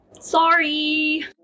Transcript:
sorry